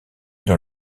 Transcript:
dans